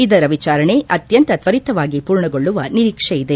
ಇದರ ವಿಚಾರಣೆ ಅತ್ಯಂತ ತ್ವರಿತವಾಗಿ ಪೂರ್ಣಗೊಳ್ಳುವ ನಿರೀಕ್ಷೆ ಇದೆ